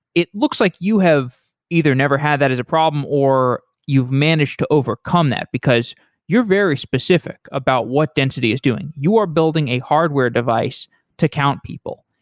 it looks like you have either never have that as a problem or you've managed to overcome that, because you're very specific about what density is doing. you are building a hardware device to count people,